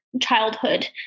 childhood